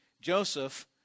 Joseph